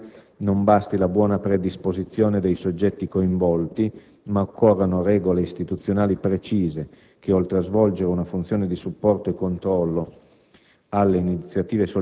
fenomeni così delicati, non basti la buona predisposizione dei soggetti coinvolti ma occorrano regole istituzionali precise, che, oltre a svolgere una funzione di supporto e controllo